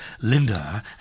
Linda